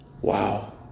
Wow